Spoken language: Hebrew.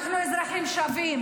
מספיק.